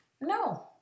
No